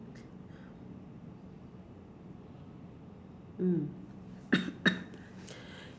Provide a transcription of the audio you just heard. mm